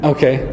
Okay